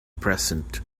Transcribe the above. present